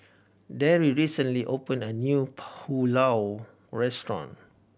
Darry recently opened a new Pulao Restaurant